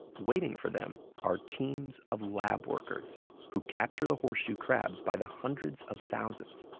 waiting for them are teams of lab workers who capture the horseshoe crabs by the hundreds of thousands,